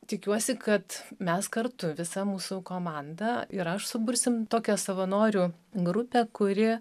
tikiuosi kad mes kartu visa mūsų komanda ir aš subursim tokią savanorių grupę kuri